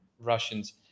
Russians